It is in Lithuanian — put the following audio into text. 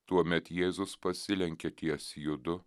tuomet jėzus pasilenkė ties judu